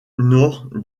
nord